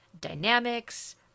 dynamics